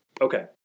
Okay